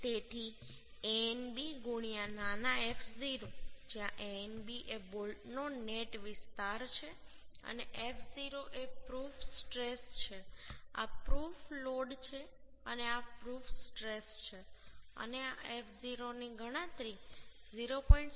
તેથી Anb નાના f0 જ્યાં Anb એ બોલ્ટનો નેટ વિસ્તાર છે અને f0 એ પ્રૂફ સ્ટ્રેસ છે આ પ્રૂફ લોડ છે અને આ પ્રૂફ સ્ટ્રેસ છે અને આ f0 ની ગણતરી 0